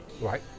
right